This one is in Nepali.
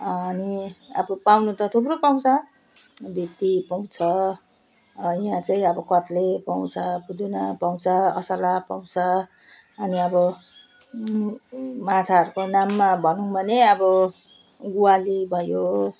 अनि अब पाउनु त थुप्रो पाउँछ भित्ती पाउँछ यहाँ चाहिँ अब कत्ले पाउँछ बुदुना पाउँछ असला पाउँछ अनि अब माछाहरूको नाममा भनौँ भने अब ग्वाली भयो